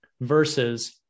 versus